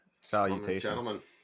Salutations